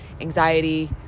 anxiety